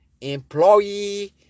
employee